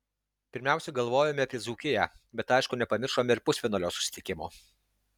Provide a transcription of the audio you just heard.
pirmiausia galvojome apie dzūkiją bet aišku nepamiršome ir pusfinalio susitikimo